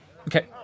Okay